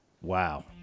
Wow